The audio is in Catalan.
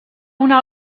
una